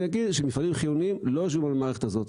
שמפעלים חיוניים לא יושבים על המערכת הזאת,